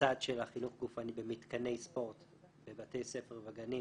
בצד של החינוך גופני ומתקני ספורט בבתי ספר ובגנים,